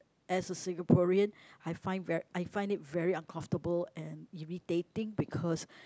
as a Singaporean I find ver~ I find it very uncomfortable and irritating because